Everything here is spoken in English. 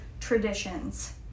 traditions